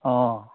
অঁ